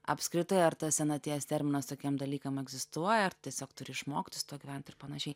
apskritai ar tas senaties terminas tokiem dalykam egzistuoja ar tiesiog turi išmokt su tuo gyvent ir panašiai